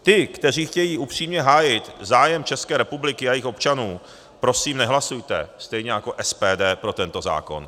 Ty, kteří chtějí upřímně hájit zájem České republiky a jejích občanů, prosím, nehlasujte, stejně jako SPD, pro tento zákon.